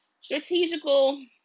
strategical